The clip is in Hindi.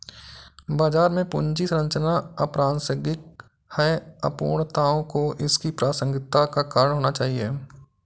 बाजार में पूंजी संरचना अप्रासंगिक है, अपूर्णताओं को इसकी प्रासंगिकता का कारण होना चाहिए